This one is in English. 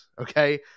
Okay